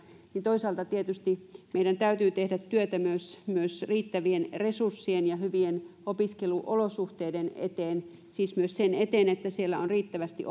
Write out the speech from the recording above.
toisaalta tietysti meidän täytyy myös tehdä työtä riittävien resurssien ja hyvien opiskeluolosuhteiden eteen siis myös sen eteen että siellä on riittävästi